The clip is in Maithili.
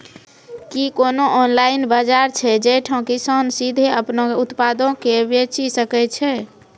कि कोनो ऑनलाइन बजार छै जैठां किसान सीधे अपनो उत्पादो के बेची सकै छै?